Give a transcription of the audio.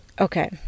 Okay